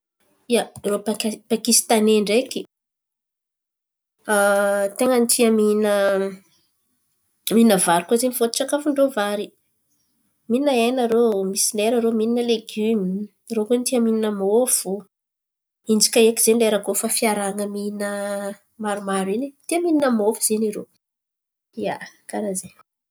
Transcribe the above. Ia, irô baka ny Pakisitany ndreky ten̈a tia mihin̈a mihin̈a vary koa. Foto-tsakafon-drô vary, mihin̈a hena irô misy lera irô mihin̈a legimo. Irô koa tia mihin̈a môfo, intsaka eky izen̈y lera koa fiarahan̈a mihin̈a maro maro in̈y tia mihin̈a môfo izen̈y irô, ia, karà izen̈y.